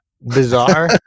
bizarre